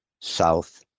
south